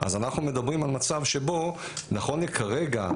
אז אנחנו מדברים על מצב שבו נכון לכרגע,